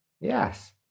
Yes